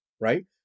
Right